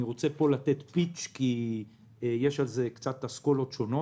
אני רוצה לתת על זה ספיץ' כי יש על זה אסכולות שונות.